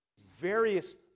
various